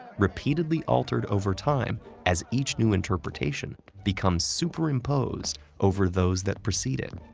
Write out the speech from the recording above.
repeatedly altered over time as each new interpretation becomes superimposed over those that proceed it.